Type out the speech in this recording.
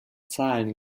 zahlen